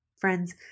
Friends